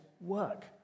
work